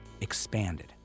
expanded